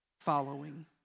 following